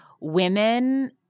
women –